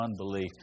unbelief